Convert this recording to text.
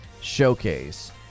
showcase